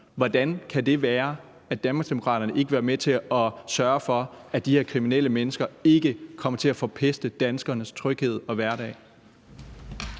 ikke vil være med til at sørge for, at de her kriminelle mennesker ikke kommer til at forpeste danskernes tryghed og hverdag?